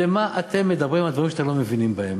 למה אתם מדברים על דברים שאתם לא מבינים בהם?